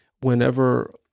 whenever